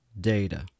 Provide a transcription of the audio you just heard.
Data